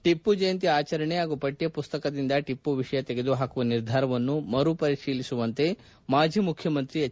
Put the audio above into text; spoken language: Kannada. ಟಿಪ್ಪು ಜಯಂತಿ ಆಚರಣೆ ಹಾಗೂ ಪಕ್ಕ ಮಸ್ತಕದಿಂದ ಟಿಮ್ನ ವಿಷಯ ತೆಗೆದುಹಾಕುವ ನಿರ್ಧಾರವನ್ನು ಮರು ಪರಿಶೀಲಿಸುವಂತೆ ಮಾಜಿ ಮುಖ್ಯಮಂತ್ರಿ ಎಚ್